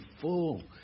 full